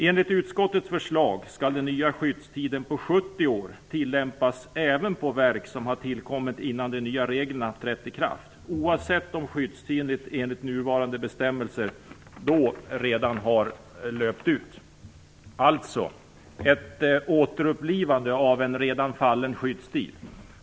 Enligt utskottets förslag skall den nya skyddstiden på 70 år tillämpas även på verk som har tillkommit innan de nya reglerna trätt i kraft, oavsett om skyddstiden enligt nuvarande bestämmelser då redan har löpt ut - alltså ett återupplivande av en redan fallen skyddstid.